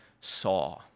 saw